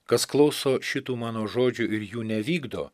kas klauso šitų mano žodžių ir jų nevykdo